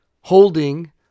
holding